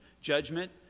Judgment